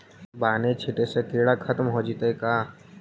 बानि छिटे से किड़ा खत्म हो जितै का?